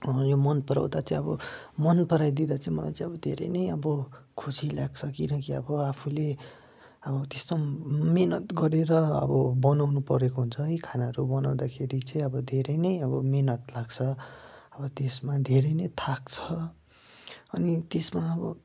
यो मन पराउँदा चाहिँ अब मन पराइदिँदा चाहिँ मलाई चाहिँ अब धेरै नै अब खुसी लाग्छ किनकि अब आफूले अब त्यस्तो मेहनत गरेर अब बनाउनु परेको हुन्छ है खानारू बनाउँदाखेरि चाहिँ धेरै नै अब मेहनत लाग्छ अब त्यसमा धेरै नै थाक्छ अनि त्यसमा अब